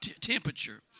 temperature